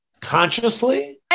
consciously